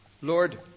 Lord